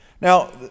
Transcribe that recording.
Now